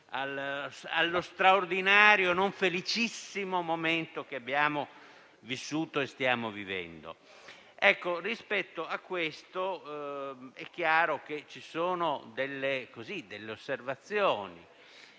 allo straordinario e non felicissimo momento che abbiamo vissuto e che stiamo vivendo. Rispetto a questo, occorre fare delle osservazioni.